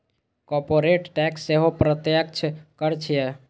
corporate tax सेहो प्रत्यक्ष कर छियै